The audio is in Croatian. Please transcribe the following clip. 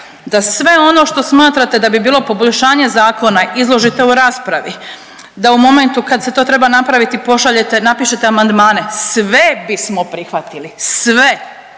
da sve ono što smatrate da bi bilo poboljšanje zakona izložite u raspravi da u momentu kad se to treba napraviti pošaljete, napišete amandmane. Sve bismo prihvatili, sve.